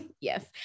yes